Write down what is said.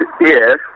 Yes